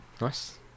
Nice